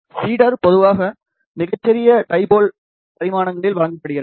feeder பொதுவாக மிகச்சிறிய dipole பரிமாணங்களில் வழங்கப்படுகிறது